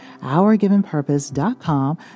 OurGivenPurpose.com